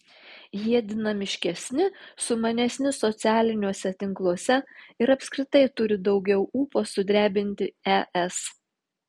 jie dinamiškesni sumanesni socialiniuose tinkluose ir apskritai turi daugiau ūpo sudrebinti es